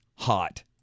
hot